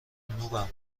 جنوبم